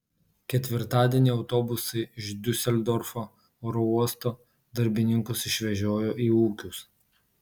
ketvirtadienį autobusai iš diuseldorfo oro uosto darbininkus išvežiojo į ūkius